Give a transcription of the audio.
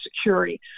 security